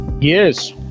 Yes